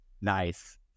Nice